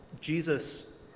Jesus